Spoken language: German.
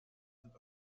sind